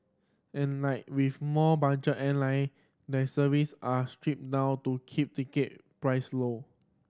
and like with more budget airline their service are stripped down to keep ticket price low